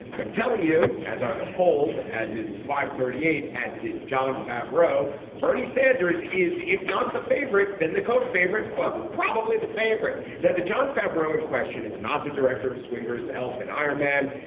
but i'm telling you, as are the polls, as is fivethirtyeight, as did john favro bernie sanders is, if not the favorite, then the cold favorite, but probably the favorite. now, the jon favreau in question is not the director of swingers elfin iron man.